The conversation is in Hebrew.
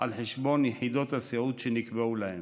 על חשבון יחידות הסיעוד שנקבעו להם.